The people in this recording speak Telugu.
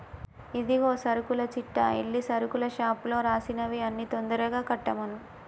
ఇదిగో సరుకుల చిట్టా ఎల్లి సరుకుల షాపులో రాసినవి అన్ని తొందరగా కట్టమను